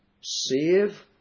save